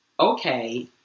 okay